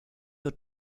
your